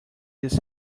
this